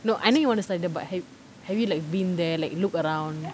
no I know you want to study there but ha~ have you like been there like look around